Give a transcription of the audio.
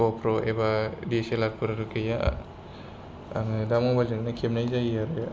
ग'प्र एबा D S L R four गैया आङो दा मबाइल जोंनो खेबनाय जायो आरो